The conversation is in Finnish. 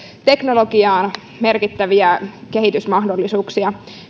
teknologiaan merkittäviä kehitysmahdollisuuksia